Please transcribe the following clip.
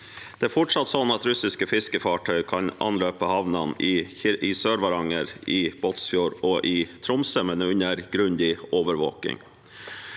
Det er fortsatt sånn at russiske fiskefartøy kan anløpe havnene i Sør-Varanger, i Båtsfjord og i Tromsø, men under grundig overvåking.